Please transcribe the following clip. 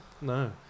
No